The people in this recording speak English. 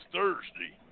Thursday